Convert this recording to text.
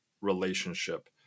relationship